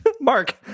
Mark